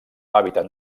hàbitat